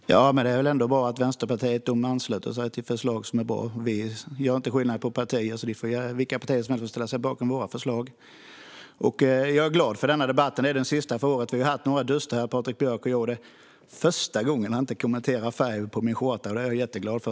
Fru talman! Det är väl ändå bra att Vänsterpartiet ansluter sig till förslag som är bra. Vi gör inte skillnad på partier, utan vilka partier som helst får ställa sig bakom våra förslag. Jag är glad för denna debatt, som är den sista före sommaren. Vi har haft några duster här, Patrik Björck och jag, och det är första gången som han inte kommenterar färgen på min skjorta. Det är jag jätteglad för.